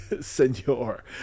Senor